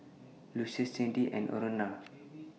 Lucius Cyndi and Aurora